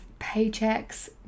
paychecks